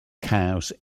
cowes